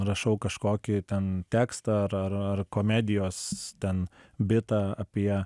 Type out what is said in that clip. rašau kažkokį ten tekstą ar ar ar komedijos ten bitą apie